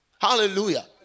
Hallelujah